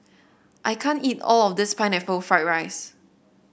I can't eat all of this Pineapple Fried Rice